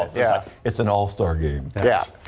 yeah, it's an all-star game. yeah.